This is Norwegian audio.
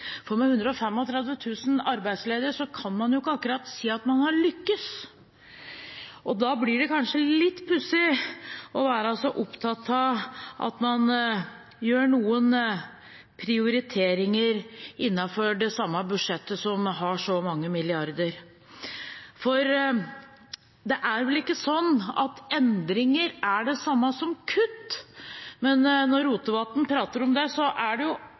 kan man ikke akkurat si at man har lykkes. Da blir det kanskje litt pussig å være så opptatt av at man gjør noen prioriteringer innenfor det samme budsjettet, som har så mange milliarder. Det er vel ikke sånn at endringer er det samme som kutt? Men når Rotevatn prater om det, er det